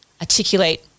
articulate